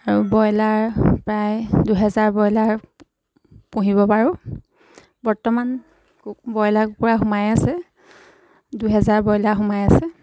আৰু ব্ৰইলাৰ প্ৰায় দুহেজাৰ ব্ৰইলাৰ পুহিব পাৰোঁ বৰ্তমান কু ব্ৰইলাৰ কুকুৰা সোমাই আছে দুহেজাৰ ব্ৰইলাৰ সোমাই আছে